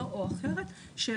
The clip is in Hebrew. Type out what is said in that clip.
אנחנו